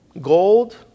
gold